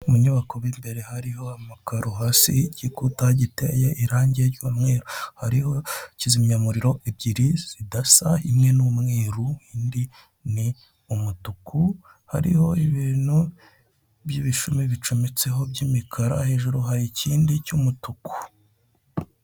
Mu nyubako imbere hariho amakaro hasi, igikuta giteye irange ry'umweru, hariho kizimyamuriro ebyiri zidasa, imwe ni umweru indi ni umutuku, hariho ibintu by'ibishumi bicometseho by'imikara, hejuru hari ikindi cy'umutuku.